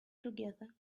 together